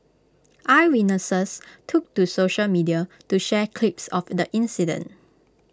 eyewitnesses took to social media to share clips of the incident